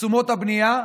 בתשומות הבנייה,